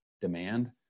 demand